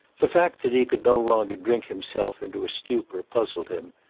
the fact that he could no longer drink himself into a stupor puzzled him.